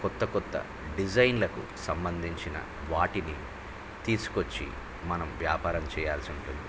కొత్త కొత్త డిజైన్లకు సంబంధించిన వాటిని తీసుకుని వచ్చి మనం వ్యాపారం చేయాల్సి ఉంటుంది